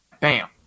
bam